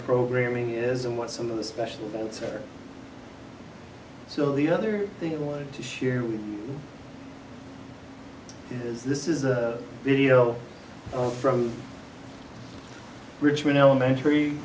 programming is and what some of the specials are so the other thing i want to share with you is this is a video from richmond elementary